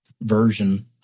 version